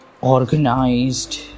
organized